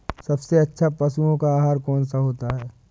सबसे अच्छा पशुओं का आहार कौन सा होता है?